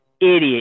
idiot